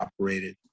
operated